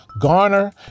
garner